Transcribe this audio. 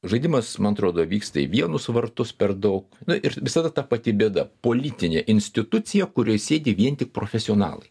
žaidimas man atrodo vyksta į vienus vartus per daug nu ir visada ta pati bėda politinė institucija kurioj sėdi vien tik profesionalai